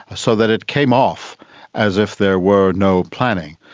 so that it came off as if there were no planning.